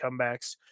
comebacks